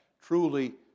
truly